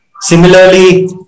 Similarly